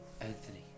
Anthony